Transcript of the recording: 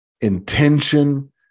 intention